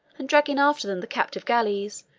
and dragging after them the captive galleys,